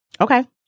Okay